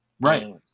right